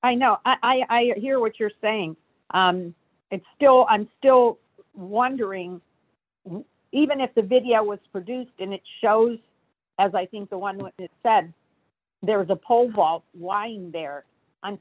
i know i hear what you're saying it's still i'm still wondering even if the video was produced and it shows as i think the one witness said there was a pole vault why there i'm